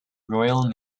royal